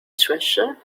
treasure